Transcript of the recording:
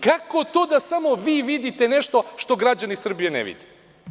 Kako to da samo vi vidite nešto što građani Srbije ne vide?